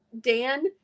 Dan